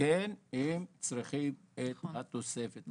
שכן צריכים את התוספות,